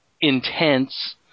Intense